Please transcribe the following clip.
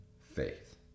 faith